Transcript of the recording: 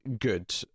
good